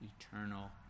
eternal